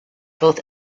both